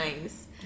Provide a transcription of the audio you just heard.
nice